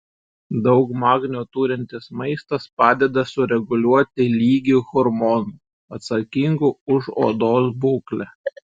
daug magnio turintis maistas padeda sureguliuoti lygį hormonų atsakingų už odos būklę